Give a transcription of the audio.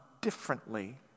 differently